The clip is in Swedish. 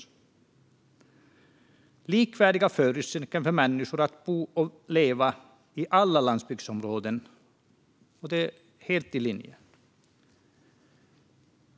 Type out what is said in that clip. Det handlar alltså om likvärdiga förutsättningar för människor att bo och leva i alla landsbygdsområden - helt i linje.